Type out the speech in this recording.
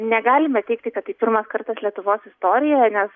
negalime teigti kad tai pirmas kartas lietuvos istorijoje nes